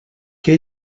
que